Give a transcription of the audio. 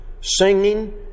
singing